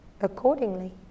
accordingly